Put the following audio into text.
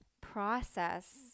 process